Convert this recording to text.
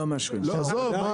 עזוב.